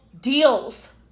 deals